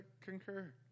concur